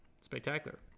spectacular